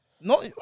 No